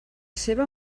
seva